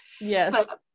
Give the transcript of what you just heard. Yes